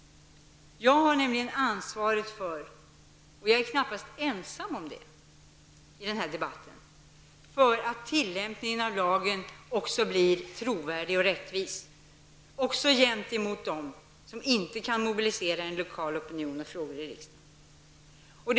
Jag har nämligen ansvaret för -- jag är knappast ensam om det i denna debatt -- att tillämpningen av lagen också blir trovärdig och rättvis, även gentemot dem som inte kan mobilisera en lokal opinion eller väcka frågor i riksdagen.